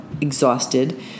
exhausted